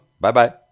Bye-bye